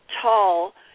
tall